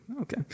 Okay